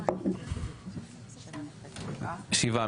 שבעה.